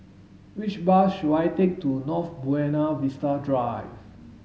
which bus should I take to North Buona Vista Drive